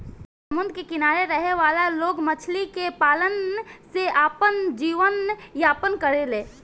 समुंद्र के किनारे रहे वाला लोग मछली के पालन से आपन जीवन यापन करेले